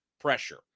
pressure